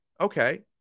okay